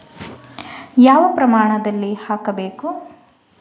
ಯಾವ ಪ್ರಮಾಣದಲ್ಲಿ ಹಾಕಬೇಕು?